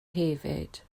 hefyd